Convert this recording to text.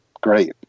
great